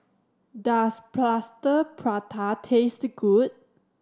does Plaster Prata taste good